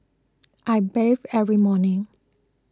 I bathe every morning